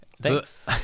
Thanks